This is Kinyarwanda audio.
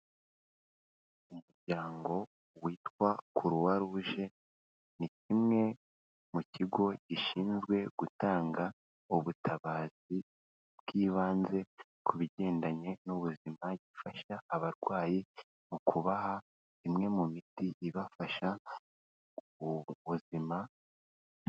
Umuryango witwa Croix Rouge ni kimwe mu kigo gishinzwe gutanga ubutabazi bw'ibanze ku bigendanye n'ubuzima, gifasha abarwayi mu kubaha imwe mu miti ibafasha kugira buzima.